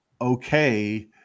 okay